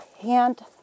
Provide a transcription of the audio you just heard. hand